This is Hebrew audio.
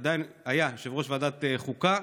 עדיין יושב-ראש ועדת החוקה,